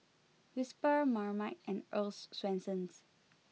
Whisper Marmite and Earl's Swensens